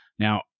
Now